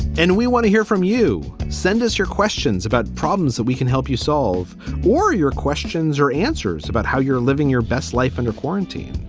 and we want to hear from you. send us your questions about problems so we can help you solve or or your questions or answers about how you're living your best life under quarantine.